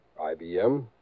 IBM